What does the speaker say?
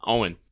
Owen